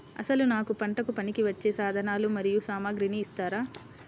అసలు నాకు పంటకు పనికివచ్చే సాధనాలు మరియు సామగ్రిని ఇస్తారా?